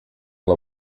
ela